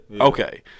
Okay